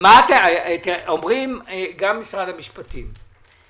אומרים גם משרד המשפטים,